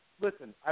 listen